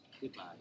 goodbye